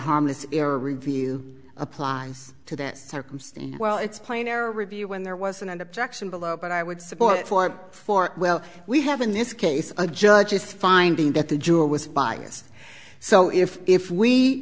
harmless error review applies to that circumstance well it's plain air review when there was an end objection below but i would support it for for well we have in this case a judge's finding that the jewett was biased so if if we